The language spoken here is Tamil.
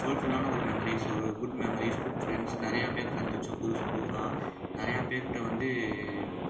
சோல்ஃபுல்லான ஒரு மெமரிஸ் ஒரு குட் மெமரிஸ் குட் ஃப்ரெண்ட்ஸ் நிறையா பேரை சந்தித்தோம் புதுசு புதுசாக நிறையா பேருக்கிட்ட வந்து